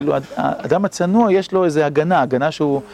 כאילו האדם הצנוע יש לו איזו הגנה, הגנה שהוא...